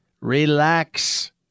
relax